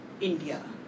India